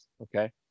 okay